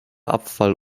abfall